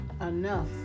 enough